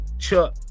Chuck